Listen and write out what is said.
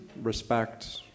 Respect